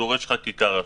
זה דורש חקיקה ראשית.